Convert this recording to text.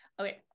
Okay